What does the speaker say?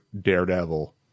Daredevil